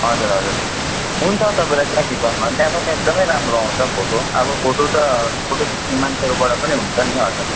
हजुर हजुर हुन्छ तपाईँलाई जहाँ बिचारमा त्यहाँ पनि एकदमै राम्रो आउँछ फोटो अब फोटो त फोटो खित्ने मान्छेकोबाट पनि हुन्छ नि हजुर